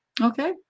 Okay